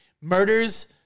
Murders